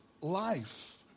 life